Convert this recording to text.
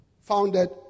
founded